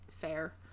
fair